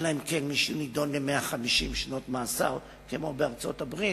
אלא אם כן מישהו נידון ל-150 שנות מאסר כמו בארצות-הברית.